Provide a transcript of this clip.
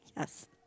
Yes